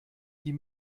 die